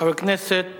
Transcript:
חבר הכנסת